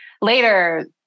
later